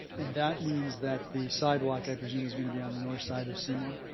and that means that the sidewalk, i presume, is gonna be on the north side of seymour?